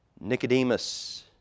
Nicodemus